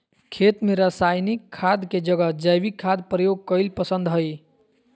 खेत में रासायनिक खाद के जगह जैविक खाद प्रयोग कईल पसंद हई